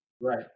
Right